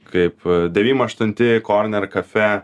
kaip devym aštunti korner cafe